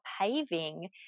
paving